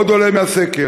עוד עולה מהסקר,